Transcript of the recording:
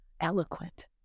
eloquent